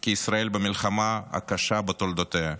כי ישראל במלחמה הקשה בתולדותיה.